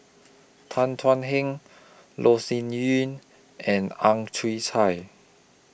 Tan Thuan Heng Loh Sin Yun and Ang Chwee Chai